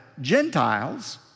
Gentiles